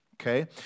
okay